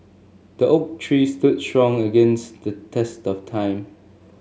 the oak tree stood strong against the test of time